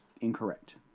incorrect